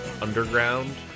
underground